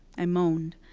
i moaned.